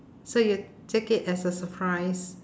so you take it as a surprise